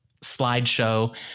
slideshow